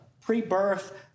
pre-birth